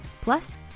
Plus